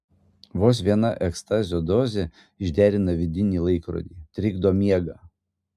vos viena ekstazio dozė išderina vidinį laikrodį trikdo miegą